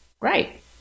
Right